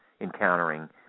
encountering